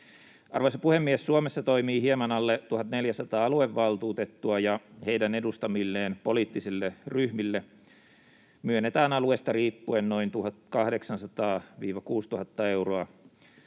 Arvoisa puhemies! Suomessa toimii hieman alle 1 400 aluevaltuutettua, ja heidän edustamilleen poliittisille ryhmille myönnetään alueesta riippuen noin 1 800—6 000 euron